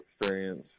experience